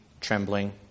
trembling